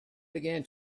began